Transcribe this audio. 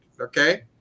Okay